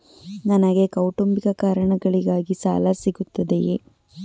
ನನಗೆ ಕೌಟುಂಬಿಕ ಕಾರಣಗಳಿಗಾಗಿ ಸಾಲ ಸಿಗುತ್ತದೆಯೇ?